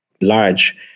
large